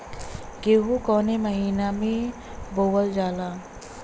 गेहूँ कवने महीना में बोवल जाला?